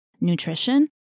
Nutrition